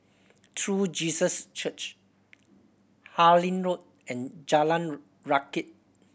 True Jesus Church Harlyn Road and Jalan Rakit